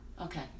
Okay